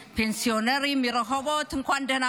פנסיונרים מרחובות שבאו לבקר אותנו.